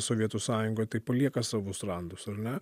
sovietų sąjungoj tai palieka savus randus ar ne